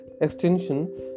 extension